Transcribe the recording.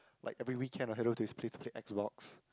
like every weekend I had to go to his place to play X-box